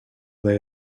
they